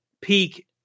peak